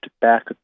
back